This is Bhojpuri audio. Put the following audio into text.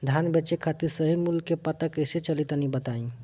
धान बेचे खातिर सही मूल्य का पता कैसे चली तनी बताई?